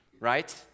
Right